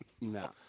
No